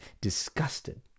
disgusted